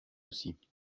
aussi